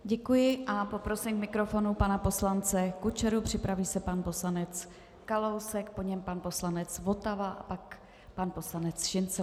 Děkuji a poprosím k mikrofonu pana poslance Kučeru, připraví se pan poslanec Kalousek, po něm pan poslanec Votava, pak pan poslanec Šincl.